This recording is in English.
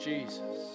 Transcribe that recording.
Jesus